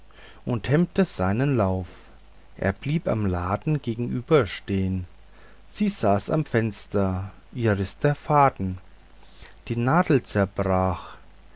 und hemmte seinen lauf er blieb am laden gegenüberstehn sie saß am fenster ihr riß der faden die nadel zerbrach